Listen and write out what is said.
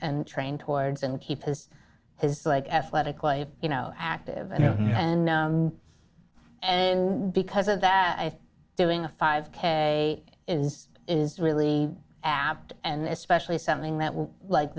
and train towards and keep his his like athletically you know active and and because of that if doing a five k is is really apt and especially something that we like